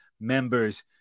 members